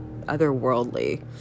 otherworldly